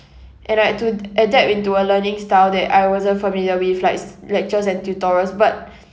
and I'd to d~ adapt into a learning style that I wasn't familiar with likes lectures and tutorials but